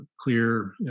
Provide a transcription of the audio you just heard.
clear